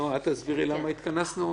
נועה, את תסבירי למה התכנסנו?